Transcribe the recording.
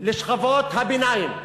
לשכבות הביניים.